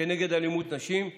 באלימות נגד נשים.